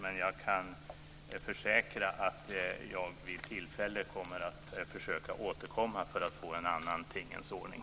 Jag kan ändå försäkra att jag vid tillfälle kommer att återkomma för att få till stånd en annans tingens ordning.